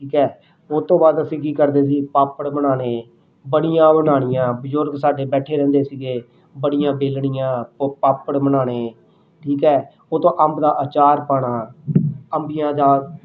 ਠੀਕ ਹੈ ਉਹ ਤੋਂ ਬਾਅਦ ਅਸੀਂ ਕੀ ਕਰਦੇ ਸੀ ਪਾਪੜ ਬਣਾਉਣੇ ਬੜੀਆਂ ਬਣਾਉਣੀਆਂ ਬਜ਼ੁਰਗ ਸਾਡੇ ਬੈਠੇ ਰਹਿੰਦੇ ਸੀਗੇ ਬੜੀਆਂ ਵੇਲਣੀਆਂ ਉਹ ਪਾਪੜ ਬਣਾਉਣੇ ਠੀਕ ਹੈ ਉਹ ਤੋਂ ਅੰਬ ਦਾ ਆਚਾਰ ਪਾਉਣਾ ਅੰਬੀਆਂ ਦਾ